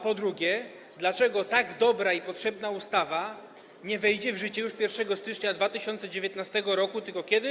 Po drugie, dlaczego tak dobra i potrzebna ustawa nie wejdzie w życie już 1 stycznia 2019 r., tylko kiedy?